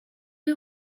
you